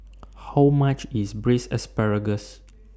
How much IS Braised Asparagus